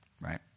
Right